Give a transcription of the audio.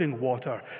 water